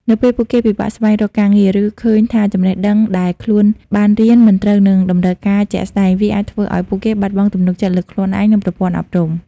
នៅពេលពួកគេពិបាកស្វែងរកការងារ ឬឃើញថាចំណេះដឹងដែលខ្លួនបានរៀនមិនត្រូវនឹងតម្រូវការជាក់ស្តែង វាអាចធ្វើឱ្យពួកគេបាត់បង់ទំនុកចិត្តលើខ្លួនឯង និងប្រព័ន្ធអប់រំ។